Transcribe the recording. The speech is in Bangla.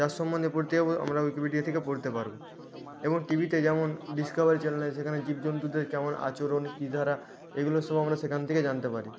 যার সম্বন্ধে পড়তে যাব আমরা উইকিপিডিয়া থেকে পড়তে পারব এবং টি ভিতে যেমন ডিসকাভারি চ্যানেল আছে সেখানে জীবজন্তুদের কেমন আচরণ কী তারা এগুলো সব আমরা সেখান থেকে জানতে পারি